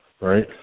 right